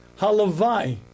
Halavai